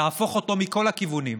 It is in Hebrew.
תהפוך אותו מכל הכיוונים,